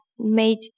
made